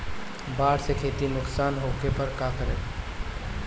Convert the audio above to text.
बाढ़ से खेती नुकसान होखे पर का करे?